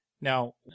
Now